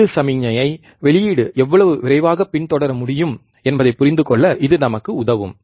உள்ளீடு சமிக்ஞையை வெளியீடு எவ்வளவு விரைவாகப் பின்தொடர முடியும் என்பதைப் புரிந்துகொள்ள இது நமக்கு உதவும்